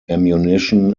ammunition